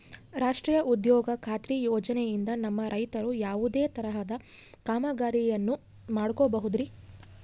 ರಾಷ್ಟ್ರೇಯ ಉದ್ಯೋಗ ಖಾತ್ರಿ ಯೋಜನೆಯಿಂದ ನಮ್ಮ ರೈತರು ಯಾವುದೇ ತರಹದ ಕಾಮಗಾರಿಯನ್ನು ಮಾಡ್ಕೋಬಹುದ್ರಿ?